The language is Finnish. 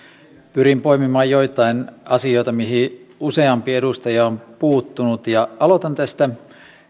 pyrin poimimaan joitain asioita mihin useampi edustaja on puuttunut ja aloitan tästä